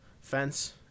fence